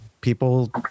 people